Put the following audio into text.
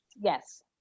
Yes